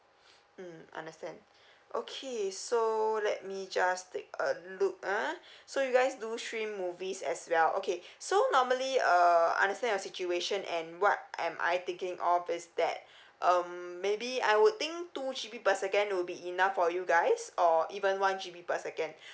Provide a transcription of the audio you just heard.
mm understand okay so let me just take a look ah so you guys do stream movies as well okay so normally uh understand your situation and what am I thinking all place that um maybe I would think two G_B per second will be enough for you guys or even one G_B per second